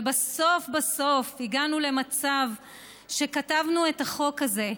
ובסוף בסוף הגענו למצב שכתבנו את החוק הזה,